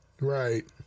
Right